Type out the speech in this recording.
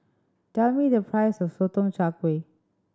tell me the price of Sotong Char Kway